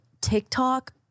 TikTok